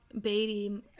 Beatty